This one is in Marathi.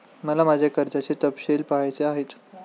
मला माझ्या कर्जाचे तपशील पहायचे आहेत